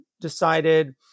decided